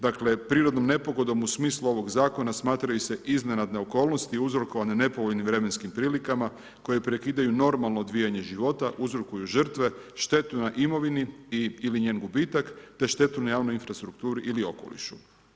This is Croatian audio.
Dakle, prirodnom nepogodom, u smislu ovog zakona, smatraju se iznenadne okolnosti, uzrokovane nepovoljnim vremenskim prilikama, koji prekidaju normalno odvijanje života, uzrokuju žrtve, štetu na imovini ili njen gubitak, te štetu na javnu infrastrukturi ili okolišu.